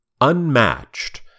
Unmatched